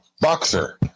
Boxer